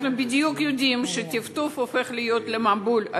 אנחנו יודעים בדיוק שטפטוף הופך למבול,